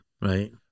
Right